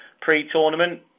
pre-tournament